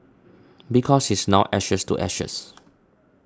because she is now ashes to ashes